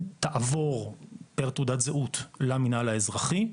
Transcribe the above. תעבור פר תעודת זהות למנהל האזרחי,